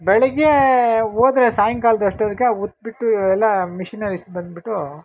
ಬೆಳಗ್ಗೆ ಹೋದರೆ ಸಾಯಂಕಾಲ್ದಷ್ಟೊತ್ಗೆ ಉತ್ತು ಬಿಟ್ಟು ಎಲ್ಲ ಮಿಷ್ನರೀಸ್ ಬಂದುಬಿಟ್ಟು